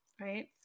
right